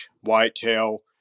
whitetail